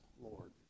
Lord